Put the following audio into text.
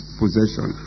possession